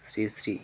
Shri Shri